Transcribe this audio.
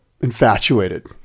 infatuated